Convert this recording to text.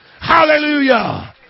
Hallelujah